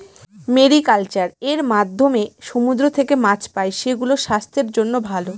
mariculture এর মাধ্যমে সমুদ্র থেকে মাছ পাই, সেগুলো স্বাস্থ্যের জন্য ভালো